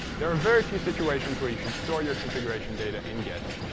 there are very few situations where you should store your configuration data in git.